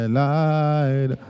light